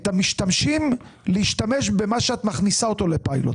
המשתמשים להשתמש במה שאת מכניסה לפיילוט.